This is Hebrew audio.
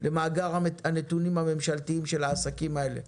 למאגר הנתונים הממשלתיים של העסקים האלה?